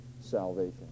salvation